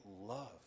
love